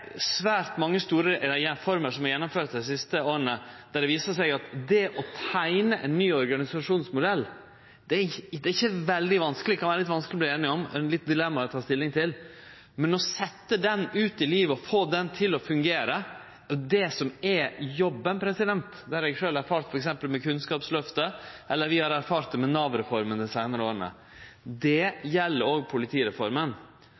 svært mange store reformer som er gjennomførte dei siste åra, der det viste seg at det å teikne ein ny organisasjonsmodell, ikkje er veldig vanskeleg. Det kan vere litt vanskeleg å verte einig og enkelte dilemma å ta stilling til, men å setje ho ut i livet og få ho til å fungere – det er det som er jobben. Det har eg sjølv erfart, f.eks. med Kunnskapsløftet, og vi har erfart det med Nav-reforma dei siste åra. Det gjeld òg politireforma. Så eg vil understreke at det